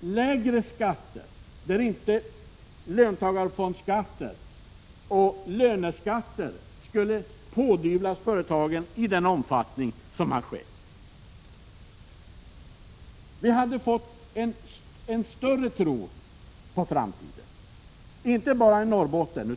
lägre skatter på så sätt att löntagarfondsskatter och löneskatter inte skulle pådyvlas företagen i den omfattning som har skett. Vi hade fått en bättre framtidstro, inte bara i Norrbotten.